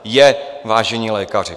Je, vážení lékaři.